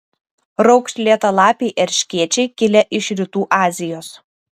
raukšlėtalapiai erškėčiai kilę iš rytų azijos